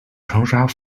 长沙